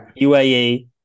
UAE